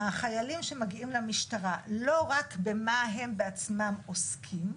החיילים שמגיעים למשטרה לא רק במה הם בעצמם עוסקים,